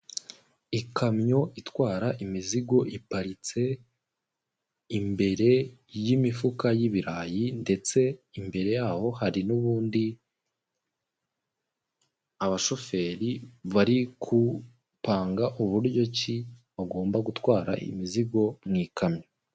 Ikamyo itwara imizigo iparitse imbere y'imifuka y'ibirayi ndetse imbere yaho hari n'ubundi abashoferi bari gupanga uburyo ki bagomba gutwara imizigo mu kamyo.